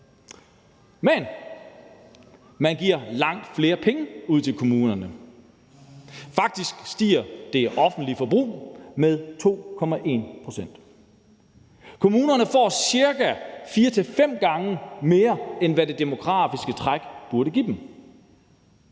men man giver langt flere penge ud til kommunerne. Faktisk stiger det offentlige forbrug med 2,1 pct. Kommunerne får ca. 4-5 gange mere, end hvad det demografiske træk burde give dem.